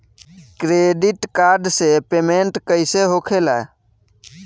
Credit card से payment कईसे होखेला?